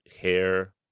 hair